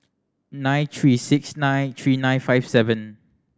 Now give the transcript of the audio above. nine three six nine three nine five seven